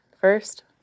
First